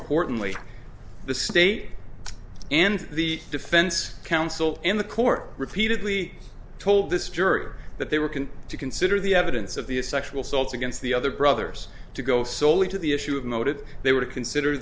importantly the state and the defense counsel in the court repeatedly told this jury that they were can to consider the evidence of the a sexual assault against the other brothers to go slowly to the issue of motive they would consider